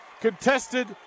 Contested